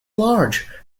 large